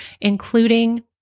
including